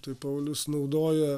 tai paulius naudoja